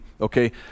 okay